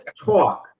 talk